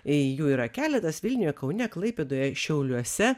jų yra keletas vilniuje kaune klaipėdoje šiauliuose